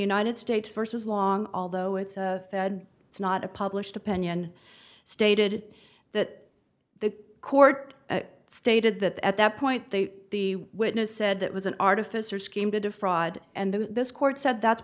united states versus long although it's a fed it's not a published opinion stated that the court stated that at that point they the witness said that was an artificer scheme to defraud and then this court said that's